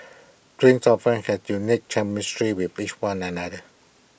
twins often have unique chemistry with each one another